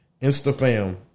Instafam